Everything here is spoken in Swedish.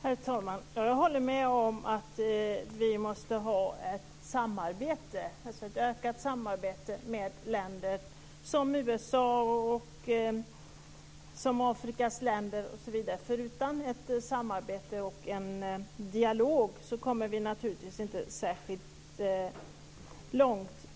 Herr talman! Jag håller med om att vi måste ha ett ökat samarbete med USA och länderna i Afrika. Utan ett samarbete och en dialog kommer vi inte särskilt långt.